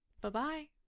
Bye-bye